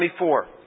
24